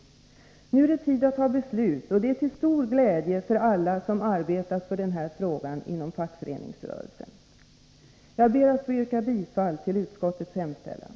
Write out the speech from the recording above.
Nu är det tid att fatta beslut, och det är till stor glädje för alla som arbetar för den här frågan inom fackföreningsrörelsen. Jag ber att få yrka bifall till utskottets hemställan.